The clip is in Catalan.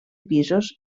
pisos